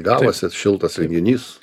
gavosi šiltas renginys